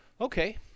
okay